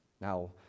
Now